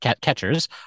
catchers